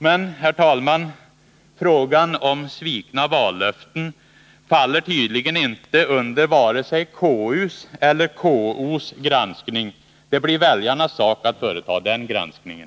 Men, herr talman, frågan om svikna vallöften faller tydligen inte under vare sig KU:s eller KO:s granskning. Det blir väljarnas sak att företa den granskningen!